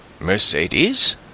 Mercedes